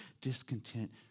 Discontent